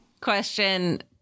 question